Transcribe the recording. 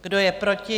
Kdo je proti?